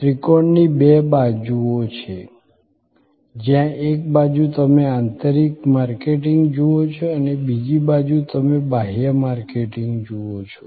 ત્રિકોણની બે બાજુઓ છે જ્યાં એક બાજુ તમે આંતરિક માર્કેટિંગ જુઓ છો અને બીજી બાજુ તમે બાહ્ય માર્કેટિંગ જુઓ છો